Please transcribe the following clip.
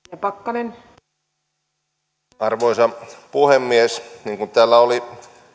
arvoisa puhemies niin kuin täällä